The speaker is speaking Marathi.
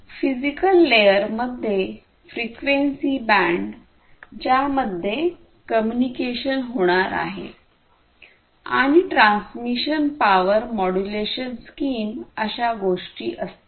फिजिकल लेअर मध्ये फ्रिक्वेन्सी बँड ज्यामध्ये कम्युनिकेशन होणार आहे आणि ट्रान्समिशन पॉवर मॉड्यूलेशन स्कीम अशा गोष्टी असतात